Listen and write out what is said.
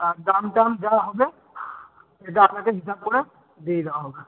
আর দামটাম যা হবে সেটা আপনাকে হিসাব করে দিয়ে দেওয়া হবে